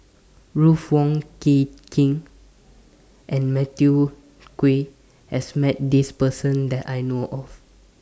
Ruth Wong Hie King and Matthew Ngui has Met This Person that I know of